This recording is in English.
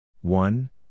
One